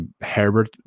Herbert